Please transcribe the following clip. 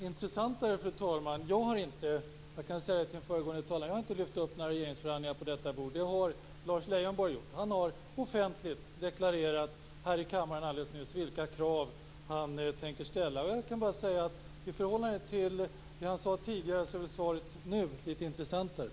Fru talman! Svaret är intressant. Jag har inte - det vill jag säga till föregående talare - lyft upp några regeringsförhandlingar på detta bord. Det har Lars Leijonborg gjort. Han har offentligt deklarerat, alldeles nyss här i kammaren, vilka krav han tänker ställa. Jag kan bara säga att i förhållande till det han sade tidigare är det här svaret litet intressantare.